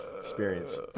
experience